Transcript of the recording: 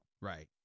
right